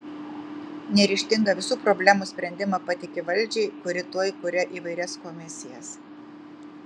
neryžtinga visų problemų sprendimą patiki valdžiai kuri tuoj kuria įvairias komisijas